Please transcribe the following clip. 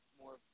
more